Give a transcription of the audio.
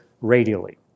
radially